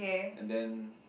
and then